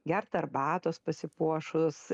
gert arbatos pasipuošus